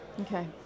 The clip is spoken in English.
Okay